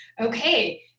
okay